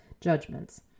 judgments